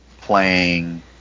playing